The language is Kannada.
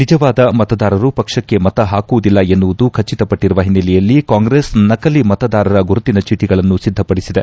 ನಿಜವಾದ ಮತದಾರರು ಪಕ್ಷಕ್ಕೆ ಮತ ಹಾಕುವುದಿಲ್ಲ ಎನ್ನುವುದು ಖಚಿತ ಪಟ್ಟರುವ ಹಿನ್ನೆಲೆಯಲ್ಲಿ ಕಾಂಗ್ರೆಸ್ ನಕಲಿ ಮತದಾರರ ಗುರುತಿನ ಚೀಟಗಳನ್ನು ಸಿದ್ದಪಡಿಸಿದೆ